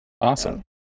Awesome